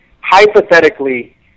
hypothetically